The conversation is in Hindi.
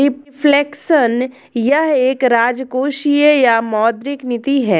रिफ्लेक्शन यह एक राजकोषीय या मौद्रिक नीति है